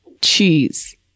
cheese